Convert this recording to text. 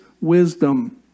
wisdom